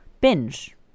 binge